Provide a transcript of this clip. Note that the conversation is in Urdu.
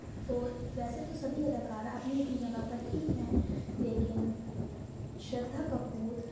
تو ویسے تو سبھی اداکارہ اپنی اپنی جگہ پر ٹھیک ہیں لیکن شردھا کپور